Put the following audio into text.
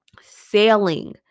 sailing